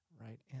right